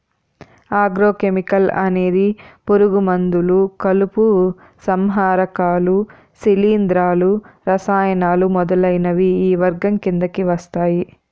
agro chemical అనేది పురుగు మందులు, కలుపు సంహారకాలు, శిలీంధ్రాలు, రసాయనాలు మొదలైనవి ఈ వర్గం కిందకి వస్తాయి